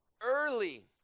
early